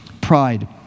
pride